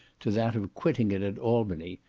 to that of quitting it at albany,